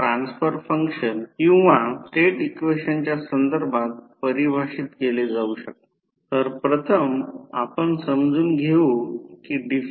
हे ट्रांझिस्टर व्यतिरिक्त एक्सर समांतर मंडल सोडवणे यासारखे काहीतरी आहे जरी आम्ही एकाच टप्प्यासाठी हे केले आहे आणि हे R e 1 आहे जे 0